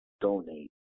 Donate